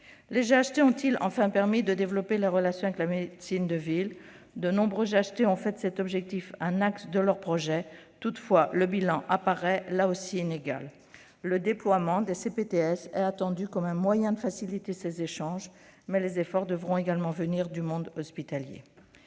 Les GHT ont-ils permis de développer les relations avec la médecine de ville ? De nombreux GHT ont fait de cet objectif un axe de leur projet. Toutefois, le bilan apparaît, là aussi, inégal. Le déploiement des CPTS est attendu comme un moyen de faciliter ces échanges, mais les efforts devront également venir du monde hospitalier.